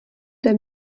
der